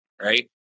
right